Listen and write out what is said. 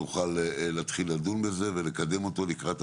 נמצאת נציגתו.